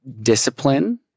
discipline